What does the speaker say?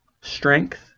strength